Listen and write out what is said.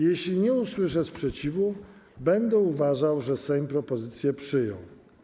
Jeśli nie usłyszę sprzeciwu, będę uważał, że Sejm propozycję przyjął.